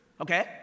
Okay